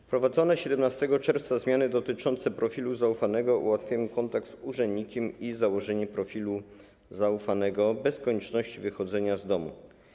Wprowadzone 17 czerwca zmiany dotyczące profilu zaufanego ułatwiają kontakt z urzędnikiem i założenie profilu zaufanego bez konieczności wychodzenia z domu.